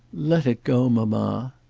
let it go, mamma.